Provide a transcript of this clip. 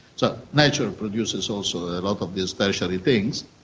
so nature produces also a lot of these tertiary things,